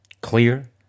Clear